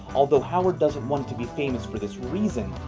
although howard doesn't want to be famous for this reason,